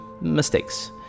mistakes